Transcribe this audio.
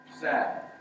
Sad